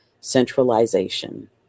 centralization